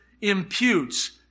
imputes